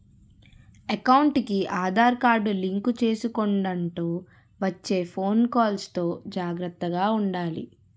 ఎకౌంటుకి Aadhaar card link చేసుకొండంటూ వచ్చే ఫోను కాల్స్ తో జాగర్తగా ఉండాలి